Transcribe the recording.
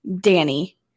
Danny